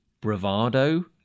bravado